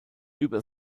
über